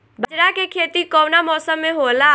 बाजरा के खेती कवना मौसम मे होला?